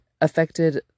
affected